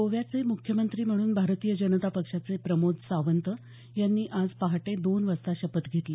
गोव्याचे मुख्यमंत्री म्हणून भारतीय जनता पक्षाचे प्रमोद सावंत यांनी आज पहाटे दोन वाजता शपथ घेतली